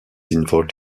involved